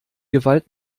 gewalt